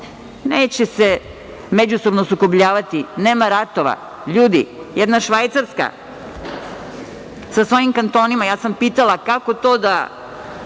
neće se međusobno sukobljavati, nema ratova. Ljudi, jedna Švajcarska sa svojim kantonima, ja sam pitala kako to da